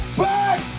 back